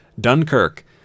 Dunkirk